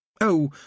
Oh